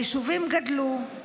היישובים גדלו,